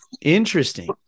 Interesting